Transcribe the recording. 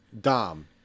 Dom